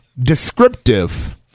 descriptive